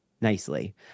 nicely